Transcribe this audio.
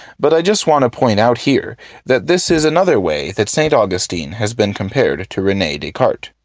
but i just want to point out here that this is another way that st. augustine has been compared to rene descartes.